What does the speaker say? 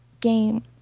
game